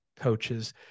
coaches